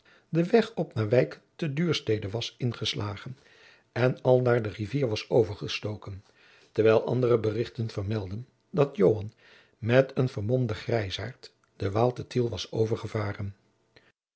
den weg op naar wijk te duurstede was ingeslagen en aldaar de rivier was overgestoken terwijl andere berichten vermeldden dat joan met een vermomden grijzaart den waal te tiel was